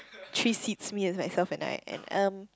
three seats me as myself and I and um